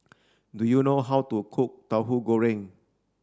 do you know how to cook Tahu Goreng